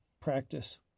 practice